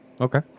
Okay